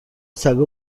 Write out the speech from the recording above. سگا